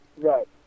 Right